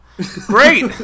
great